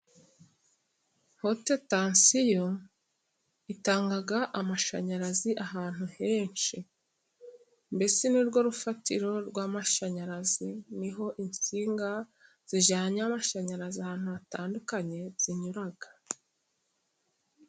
Hotetansiyo itanga amashanyarazi ahantu henshi, mbese nirwo rufatiro rw'amashanyarazi, niho insinga zijyananye amashanyarazi ahantu hatandukanye zinyura.